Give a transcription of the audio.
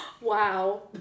Wow